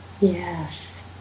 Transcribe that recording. Yes